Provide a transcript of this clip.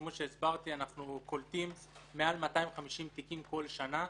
כמו שהסברתי, אנחנו קולטים מעל 250 תיקים בכל שנה,